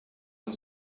von